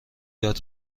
یاد